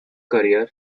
career